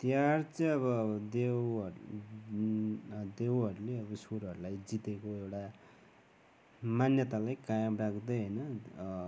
तिहार चाहिँ अब देवहरू देवहरूले अब सुरहरूलाई जितेको एउटा मान्यतालाई कायम राख्दै होइन